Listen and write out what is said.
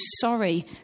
sorry